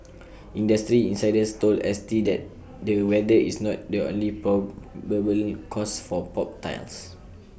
industry insiders told S T that the weather is not the only probably cause for popped tiles